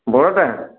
বড়োটা